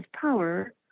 power